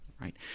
right